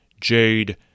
Jade